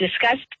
discussed